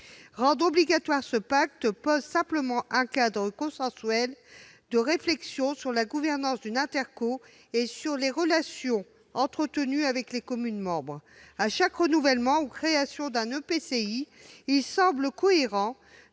Rendre obligatoire ce pacte permettra de poser un cadre consensuel de réflexion sur la gouvernance de l'intercommunalité et les relations avec les communes membres. À chaque renouvellement ou création d'un EPCI, il semble cohérent